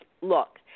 Look